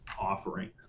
offering